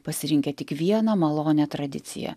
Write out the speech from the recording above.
pasirinkę tik vieną malonią tradiciją